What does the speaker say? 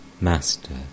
Master